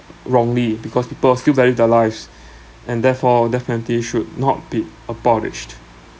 wrongly because people still value their lives and therefore death penalty should not be abolished